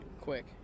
quick